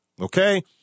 okay